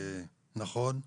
נכון,